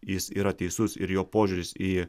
jis yra teisus ir jo požiūris į